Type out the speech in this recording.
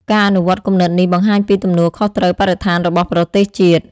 ការអនុវត្តគំនិតនេះបង្ហាញពីទំនួលខុសត្រូវបរិស្ថានរបស់ប្រទេសជាតិ។